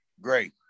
Great